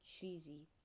cheesy